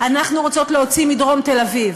אנחנו רוצות להוציא מדרום תל-אביב.